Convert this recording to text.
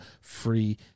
free